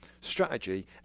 strategy